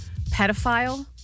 pedophile